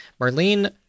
Marlene